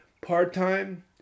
part-time